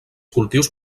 cultius